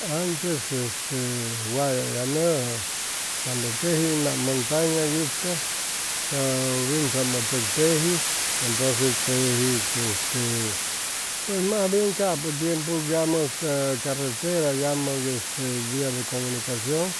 Antes este wayay anʉjʉ cuando teji nama mʉntaña itʉ ca wintumʉ tec teji entonces teji este pues mas bien capo tiempu yamʉ ca carretera yamʉg via de comunicacion